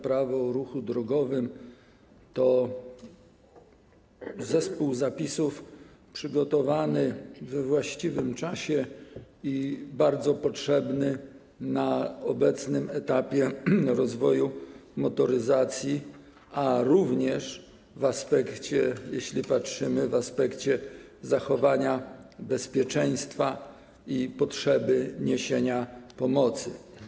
Prawo o ruchu drogowym to zespół zapisów przygotowanych we właściwym czasie i bardzo potrzebnych na obecnym etapie rozwoju motoryzacji, również jeśli popatrzymy na to w aspekcie zachowania bezpieczeństwa i potrzeby niesienia pomocy.